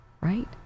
Right